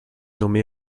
nommée